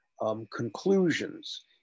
conclusions